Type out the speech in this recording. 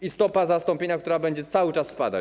i stopa zastąpienia, która będzie cały czas spadać.